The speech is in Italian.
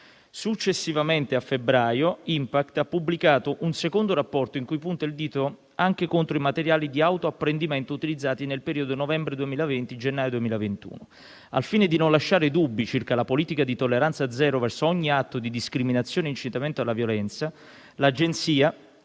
Successivamente, a febbraio, Impact-SE ha pubblicato un secondo rapporto in cui punta il dito anche contro i materiali di autoapprendimento utilizzati nel periodo novembre 2020-gennaio 2021. Al fine di non lasciare dubbi circa la politica di tolleranza zero verso ogni atto di discriminazione e di incitamento alla violenza, l'Agenzia